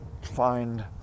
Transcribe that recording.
find